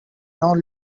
know